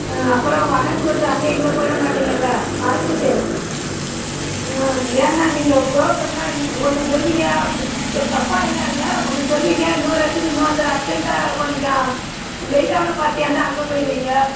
ஆ அப்புறம் வரேன்னு சொல்லிட்டு அங்கே இங்கே போயிடமாட்டீங்களே மறந்துவிட்டு ஆ ஏன்னா நீங்கள் ப்ரோக்கர்னா இங்க ஒன்று சொல்லுவீங்க சொ தப்பாக எடுக்காதீங்க ஒன்று சொல்லுவீங்க இன்னொரு இடத்துக்கு இன்னொருத்தர் அர்ஜெண்ட்டாக கொஞ்சம் வெயிட்டான பார்ட்டியாக இருந்தால் அங்கே போயிடுவீங்க